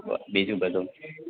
બીજું બધુ